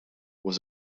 was